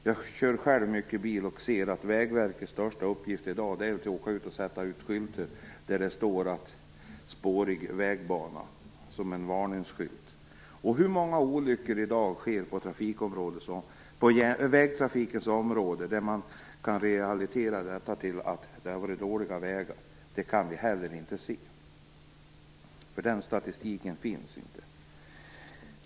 Jag kör själv mycket bil och ser att Vägverkets största uppgift i dag verkar vara att åka ut och sätta upp varningsskyltar där det står "Spårig vägbana". Hur många olyckor på vägtrafikens område kan i dag förklaras med att vägen har varit dålig? Det kan vi inte se, för den statistiken finns inte.